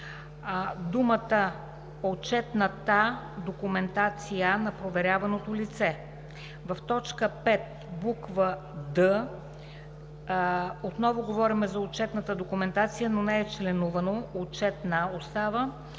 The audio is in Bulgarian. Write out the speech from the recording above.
думата „отчетната документация на проверяваното лице“, в т. 5, буква „д“ отново говорим за отчетната документация, но не е членувано и остава